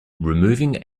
removing